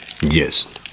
Yes